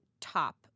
top